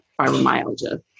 fibromyalgia